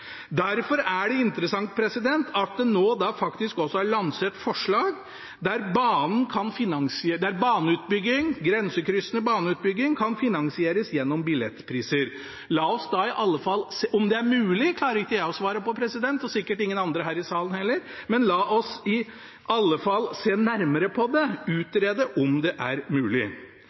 Derfor er det interessant at det nå faktisk også er lansert forslag der grensekryssende baneutbygging kan finansieres gjennom billettpriser. Om det er mulig, klarer ikke jeg å svare på, og sikkert ingen andre her i salen heller, men la oss i alle fall se nærmere på det og utrede om det er mulig.